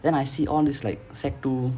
then I see all these like secondary two